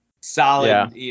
solid